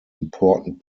important